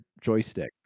joystick